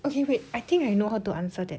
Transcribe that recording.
okay wait I think I know how to answer that